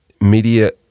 media